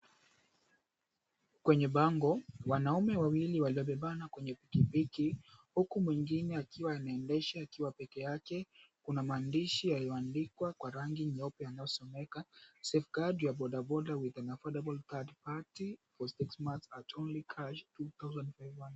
Kwenye bango, wanaume wawili waliobebana kwenye pikipiki, huku mwingine akiwa ameendesha akiwa pekee yake. Kuna maandishi yaliyoandikwa kwa rangi nyeupe yanayosomeka, [𝑐𝑠]Safe guard your bodaboda with an a𝑓𝑓𝑜𝑟dable third party for six months at only cash 2500 [𝑐𝑠].